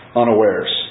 unawares